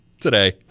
today